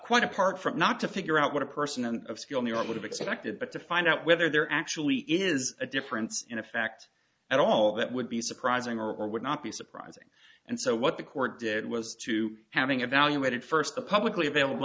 quite apart from not to figure out what a person of skill knew i would have expected but to find out whether there actually is a difference in a fact at all that would be surprising or would not be surprising and so what the court did was to having evaluated first the publicly available